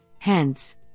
Hence